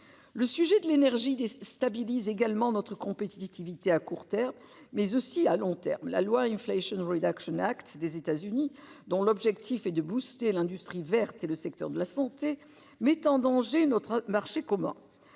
Le sujet de l'énergie stabilise également notre compétitivité à court terme mais aussi à long terme la loi une flèche nourri d'Action Act des États-Unis dont l'objectif est de boosté l'industrie verte et le secteur de la santé mettent en danger notre marché comment